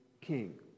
king